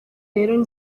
rero